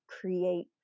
create